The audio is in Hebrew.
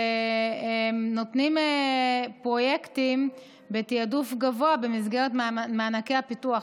ונותנים פרויקטים בתיעדוף גבוה במסגרת מענקי הפיתוח.